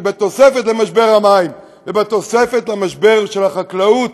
בתוספת למשבר המים ובתוספת למשבר של החקלאות,